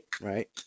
right